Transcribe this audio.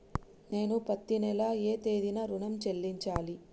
నేను పత్తి నెల ఏ తేదీనా ఋణం చెల్లించాలి?